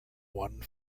one